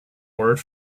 word